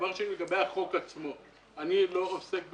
לגבי הצעת החוק עצמה, היא לא עוסקת